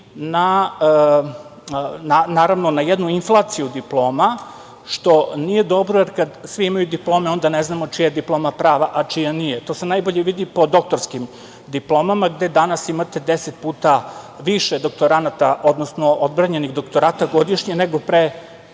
naravno na jednu inflaciju diploma što nije dobro, jer kad svi imaju diplome, onda ne znamo čija je diploma prava, čija nije. To se najbolje vidi po doktorskim diplomama, gde danas imate 10 puta više doktoranata, odnosno odbranjenih doktorata godišnje, nego pre